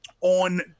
on